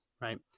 right